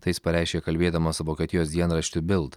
tai jis pareiškė kalbėdamas vokietijos dienraščiui bild